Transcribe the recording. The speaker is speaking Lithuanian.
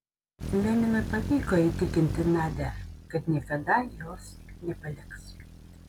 leninui pavyko įtikinti nadią kad niekada jos nepaliks